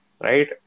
Right